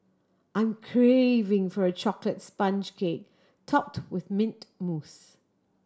I'm craving for a chocolate sponge cake topped with mint mousse